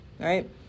Right